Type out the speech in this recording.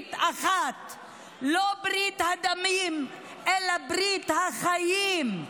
ברית אחת, לא ברית הדמים אלא ברית החיים,